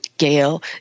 Gail